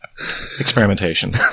Experimentation